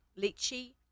lychee